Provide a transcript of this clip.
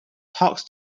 talks